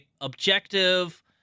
objective